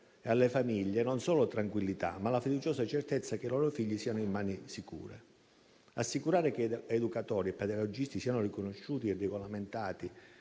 e alle famiglie non solo tranquillità, ma la fiduciosa certezza che i loro figli siano in mani sicure. Assicurare che educatori e pedagogisti siano riconosciuti e regolamentati